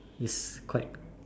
it's quite